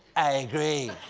i agree!